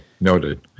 noted